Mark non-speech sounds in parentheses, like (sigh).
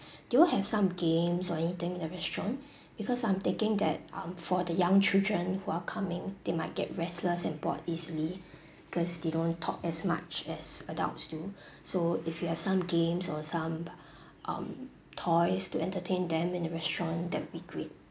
do you have some games or anything in the restaurant because I'm thinking that um for the young children who are coming they might get restless and bored easily because they don't talk as much as adults do (breath) so if you have some games or some (breath) um toys to entertain them in the restaurant that will be great